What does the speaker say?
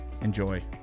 Enjoy